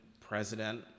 president